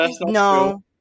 No